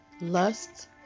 lust